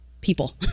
people